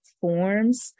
forms